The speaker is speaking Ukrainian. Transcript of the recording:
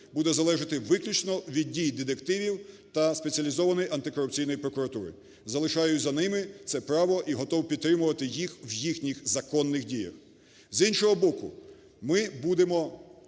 буде залежати виключно від дій детективів та Спеціалізованої антикорупційної прокуратури. Залишаю за ними це право і готовий підтримувати їх в їхніх законних діях. З іншого боку, ми будемо,